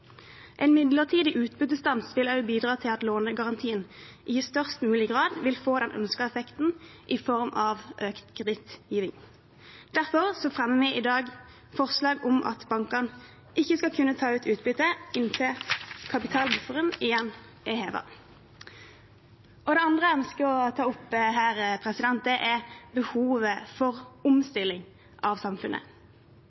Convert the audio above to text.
En midlertidig utbyttestans vil også bidra til at lånegarantien i størst mulig grad vil få den ønskede effekten i form av økt kredittgiving. Derfor fremmer vi i dag forslag om at bankene ikke skal kunne ta ut utbytte inntil kapitalbufferen igjen er hevet. Det andre jeg ønsker å ta opp her, er behovet for